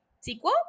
sequel